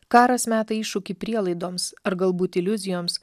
karas meta iššūkį prielaidoms ar galbūt iliuzijoms